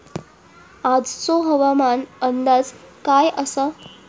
आजचो हवामान अंदाज काय आसा?